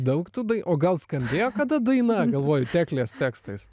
daug tų dai o gal skambėjo kada daina galvoju teklės tekstais